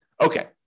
Okay